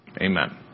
Amen